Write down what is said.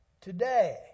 today